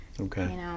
Okay